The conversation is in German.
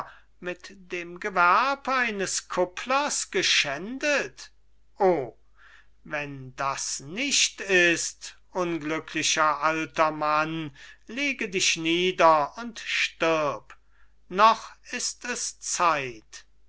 mit dem gewerb eines kupplers geschändet o wenn das nicht ist unglücklicher alter mann lege dich nieder und stirb noch ist es zeit